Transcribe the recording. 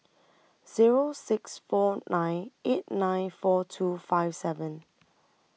Zero six four nine eight nine four two five seven